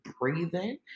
breathing